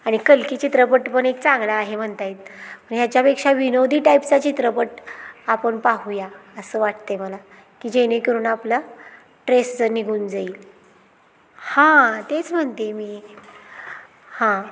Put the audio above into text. आणि कलकी चित्रपट पण एक चांगला आहे म्हणत आहेत ह्याच्यापेक्षा विनोदी टाईपचा चित्रपट आपण पाहूया असं वाटते मला की जेणेकरून आपला ट्रेस निघून जाईल हां तेच म्हणते मी हां